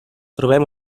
trobem